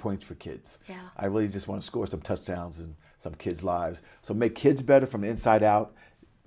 points for kids i really just want to score some touchdowns and some kids lives so make kids better from inside out